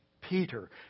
Peter